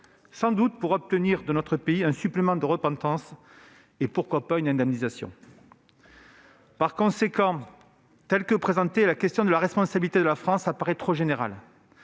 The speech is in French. sans doute pour obtenir de notre pays un supplément de repentance et- pourquoi pas ? -une indemnisation. Par conséquent, telle qu'elle est présentée, la question de la responsabilité de la France paraît trop générale,